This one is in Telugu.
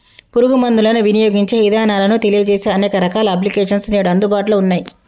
పురుగు మందులను వినియోగించే ఇదానాలను తెలియజేసే అనేక రకాల అప్లికేషన్స్ నేడు అందుబాటులో ఉన్నయ్యి